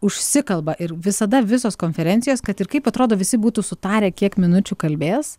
užsikalba ir visada visos konferencijos kad ir kaip atrodo visi būtų sutarę kiek minučių kalbės